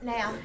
Now